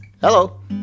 Hello